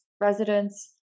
residents